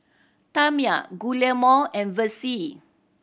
Tamia Guillermo and Vessie